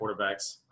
quarterbacks